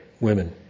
women